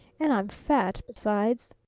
and i'm fat, besides!